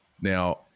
Now